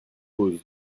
pose